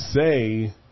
say